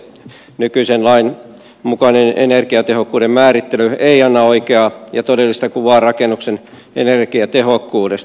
nykyisen lain mukainen energiatehokkuuden määrittely ei anna oikeaa ja todellista kuvaa rakennuksen energiatehokkuudesta